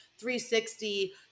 360